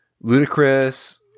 ludicrous